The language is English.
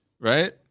right